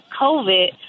COVID